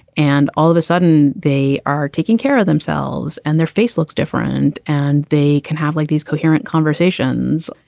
and all of a sudden, they are taking care of themselves and their face looks different. and they can have like these coherent conversations.